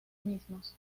mismos